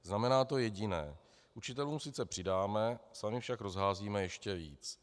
Znamená to jediné učitelům sice přidáme, sami však rozházíme ještě víc.